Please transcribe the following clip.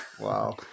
Wow